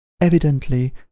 evidently